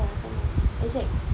ya sama exact